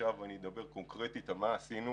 ועכשיו אדבר קונקרטית מה עשינו.